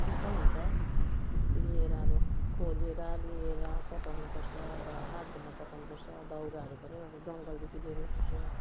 दुःख हुन्छ ल्याएर अब खोजेर ल्याएर पकाउनु पर्छ र आगोमा पकाउनु पर्छ दौराहरू पनि अब जङ्गलदेखि ल्याउनु पर्छ